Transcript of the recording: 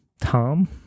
tom